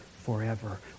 forever